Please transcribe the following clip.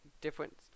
different